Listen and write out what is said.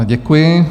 Děkuji.